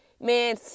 man